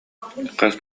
хас